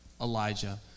Elijah